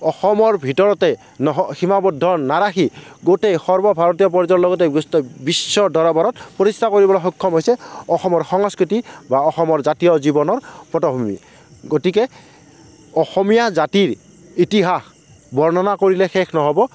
অসমৰ ভিতৰতে সীমাৱদ্ধ নাৰাখি গোটেই সৰ্বভাৰতীয় পৰ্যায়ৰ লগতে বিশ্ব দৰবাৰত প্ৰতিষ্ঠা কৰিবলৈ সক্ষম হৈছে অসমৰ সংস্কৃতি বা অসমৰ জাতীয় জীৱনৰ পটভূমি গতিকে অসমীয়া জাতিৰ ইতিহাস বৰ্ণনা কৰিলে শেষ নহ'ব